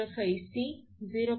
05 C மற்றும் இது 0